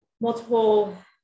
multiple